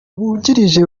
bungirije